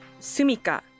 Sumika